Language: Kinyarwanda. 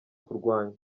kurwanya